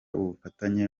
ubufatanye